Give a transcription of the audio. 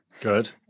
Good